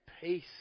peace